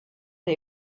des